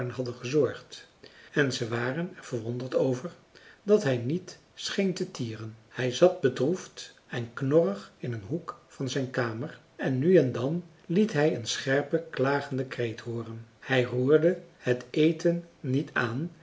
gezorgd en ze waren er verwonderd over dat hij niet scheen te tieren hij zat bedroefd en knorrig in een hoek van zijn kamer en nu en dan liet hij een scherpen klagenden kreet hooren hij roerde het eten niet aan